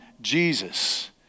Jesus